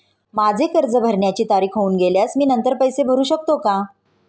माझे कर्ज भरण्याची तारीख होऊन गेल्यास मी नंतर पैसे भरू शकतो का?